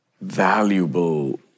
valuable